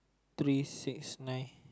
three six nine